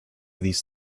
these